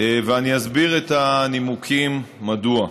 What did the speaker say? ואני אסביר את הנימוקים, מדוע.